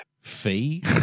Fee